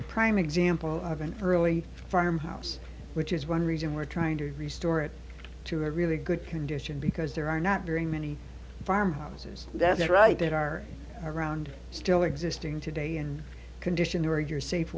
a prime example of an early farmhouse which is one reason we're trying to restore it to a really good condition because there are not very many farmhouses that's right that are around still existing today and conditions where you're safe